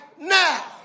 Now